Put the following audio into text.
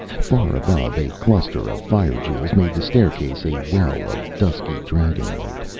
far above a cluster of fire-jewels made the staircase a well of dusky dragon-light.